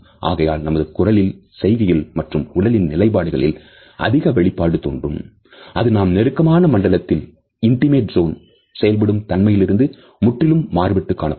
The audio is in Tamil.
ஆகையால் நமது குரலில் செய்கைகளில் மற்றும் உடலின் நிலைப்பாடுகளில் அதிக வெளிப்பாடு தோன்றும் அது நாம் நெருக்கமான மண்டலத்தில் செயல்படும் தன்மையிலிருந்து முற்றிலும் மாறுபட்டு காணப்படும்